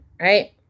Right